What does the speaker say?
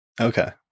Okay